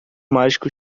mágico